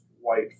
white